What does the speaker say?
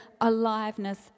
aliveness